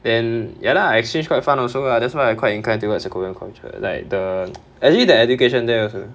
then ya lah exchange quite fun also lah that's why I quite inclined towards the korean culture like the actually the education there al~